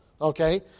Okay